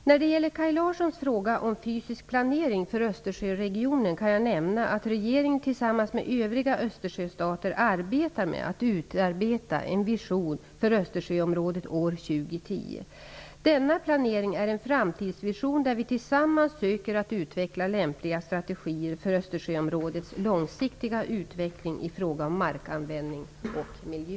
När det gäller Kaj Larssons fråga om fysisk planering för Östersjöregionen kan jag nämna att regeringen tillsammans med övriga Östersjöstater arbetar med att utarbeta en Vision för Östersjöområdet år 2010. Denna planering är en framtidsvision där vi tillsammans söker att utveckla lämpliga strategier för Östersjöområdets långsiktiga utveckling i fråga om markanvändning och miljö.